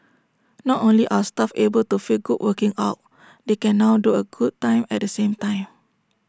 not only are staff able to feel good working out they can now do A good time at the same time